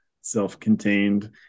self-contained